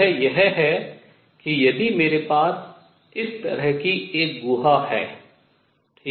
वह यह है कि यदि मेरे पास इस तरह की गुहा है ठीक है